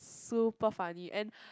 super funny and